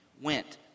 went